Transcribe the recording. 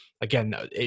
Again